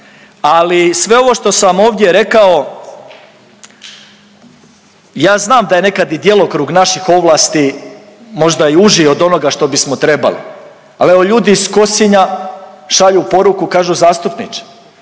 Ali sve ovo što sam vam ovdje rekao, ja znam da je nekad i djelokrug naših ovlasti možda i uži od onoga što bismo trebali, ali evo ljudi iz Kosinja šalju poruku, kažu zastupniče